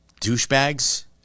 douchebags